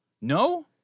No